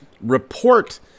report